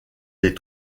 des